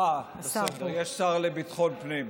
בסדר, יש שר לביטחון פנים.